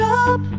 up